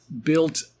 built